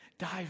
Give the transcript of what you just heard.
Dive